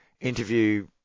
interview